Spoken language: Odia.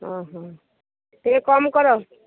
ହଁ ହଁ ଟିକେ କମ୍ କର